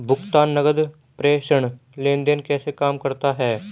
भुगतान नकद प्रेषण लेनदेन कैसे काम करता है?